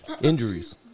Injuries